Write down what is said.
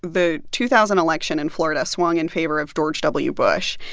the two thousand election in florida swung in favor of george w. bush.